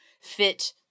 fit